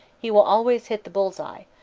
he will always hit the bull's-eye,